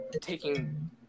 taking